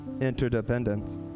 interdependence